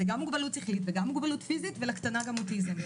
זה גם מוגבלות שכלית וגם מוגבלות פיזית ולקטנה גם אוטיזם,